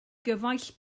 gyfaill